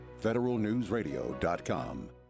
Federalnewsradio.com